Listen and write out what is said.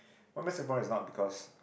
Singaporeans is not because